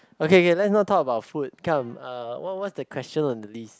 okay K let's not talk about food come uh what what's the question on the list